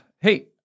Hey